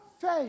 faith